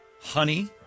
honey